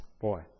Boy